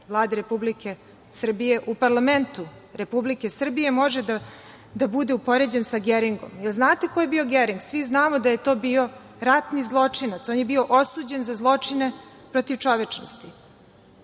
Vlade Republike Srbije u parlamentu Republike Srbije može da bude upoređen sa Geringom. Da li znate ko je bio Gering? Svi znamo da je to bio ratni zločinac. On je bio osuđen za zločine protiv čovečnosti. Zaista